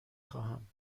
خواهم